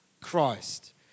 Christ